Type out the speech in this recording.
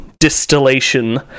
distillation